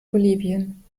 bolivien